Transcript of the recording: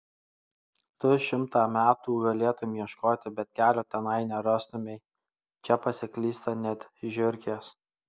tu šimtą metų galėtumei ieškoti bet kelio tenai nerastumei čia pasiklysta net žiurkės